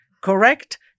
correct